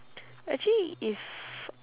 actually if